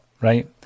right